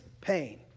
pain